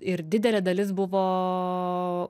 ir didelė dalis buvo